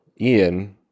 Ian